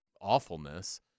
awfulness